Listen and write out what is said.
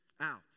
out